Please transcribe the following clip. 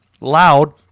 loud